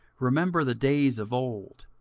remember the days of old,